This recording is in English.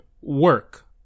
Work